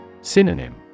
Synonym